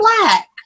black